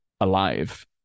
alive